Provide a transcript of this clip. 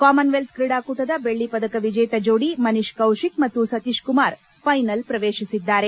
common wealth ಕ್ರೀಡಾಕೂಟದ ಬೆಲ್ಲ ಪದಕ ವಿಜೇತ ಜೋಡಿ ಮನಿಷ್ ಕೌಶಿಕ್ ಮತ್ತು ಸತೀಶ್ ಕುಮಾರ್ ಫೈನಲ್ ಪ್ರವೇಶಿಸಿದ್ದಾರೆ